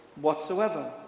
whatsoever